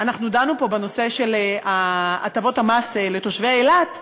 אנחנו דנו פה בנושא של הטבות המס לתושבי אילת,